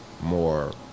more